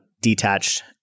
detached